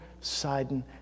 Sidon